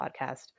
podcast